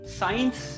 Science